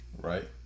Right